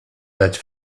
dać